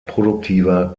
produktiver